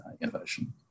innovation